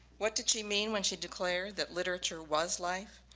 what did she mean when she declared that literature was life?